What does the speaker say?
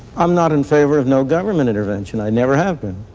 i'm not in favor of no government intervention. i never have been.